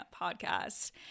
podcast